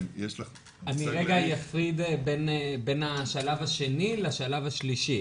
אני אפריד בין השלב השני לשלב השלישי.